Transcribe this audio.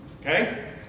Okay